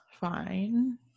fine